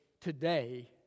today